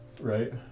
right